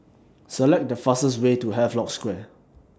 Select The fastest Way to Havelock Square